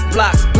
Blocks